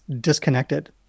disconnected